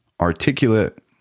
articulate